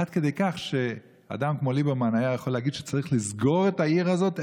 עד כדי כך שאדם כמו ליברמן היה יכול להגיד שצריך לסגור את העיר הזאת,